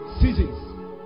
Seasons